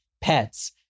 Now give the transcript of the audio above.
pets